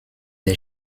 der